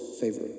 favor